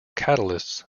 catalysts